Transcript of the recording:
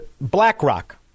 BlackRock